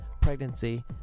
pregnancy